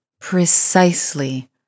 precisely